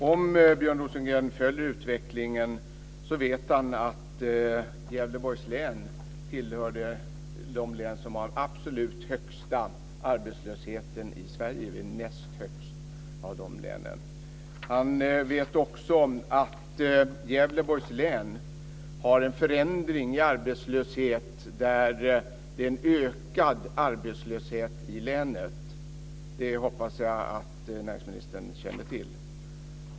Om Björn Rosengren följer utvecklingen vet han att Gävleborgs län tillhör de län som har den absolut högsta arbetslösheten i Sverige; den är näst högst bland de länen. Han vet också att Gävleborgs län har en förändring i arbetslöshet, så att det är en ökad arbetslöshet i länet. Jag hoppas att näringsministern känner till det.